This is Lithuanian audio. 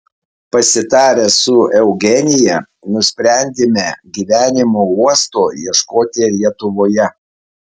pasitarę su eugenija nusprendėme gyvenimo uosto ieškoti lietuvoje